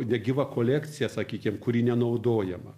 negyva kolekcija sakykim kuri nenaudojama